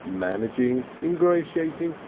managing, ingratiating,